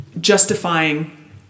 justifying